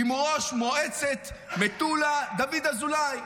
עם ראש מועצת מטולה דוד אזולאי.